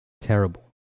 terrible